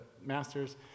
master's